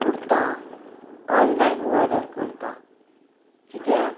kurta online order करता कित्याक